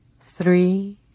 three